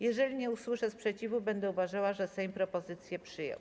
Jeżeli nie usłyszę sprzeciwu, będę uważała, że Sejm propozycję przyjął.